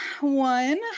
one